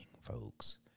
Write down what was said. folks